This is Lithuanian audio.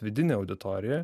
vidinę auditoriją